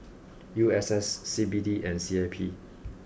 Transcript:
U S S C B D and C I P